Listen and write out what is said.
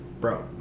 bro